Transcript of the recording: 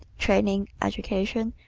training, education,